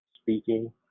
speaking